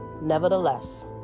Nevertheless